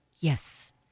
Yes